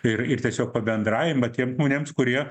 ir ir tiesiog pabendravimą tiems žmonėms kurie